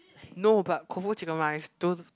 no but Koufu chicken rice those